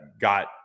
got